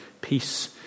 peace